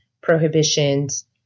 prohibitions